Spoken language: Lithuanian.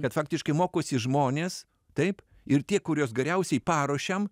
bet faktiškai mokosi žmonės taip ir tie kuriuos geriausiai paruošiam